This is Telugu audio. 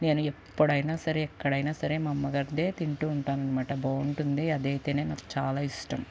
నేను ఎప్పుడైనా సరే ఎక్కడైనా సరే మా అమ్మగారిదే తింటూ ఉంటాను అన్నమాట బాగుంటుంది అది అయితే నాకు చాలా ఇష్టం